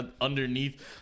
underneath